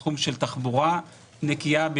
בתחום של תחבורה נקייה.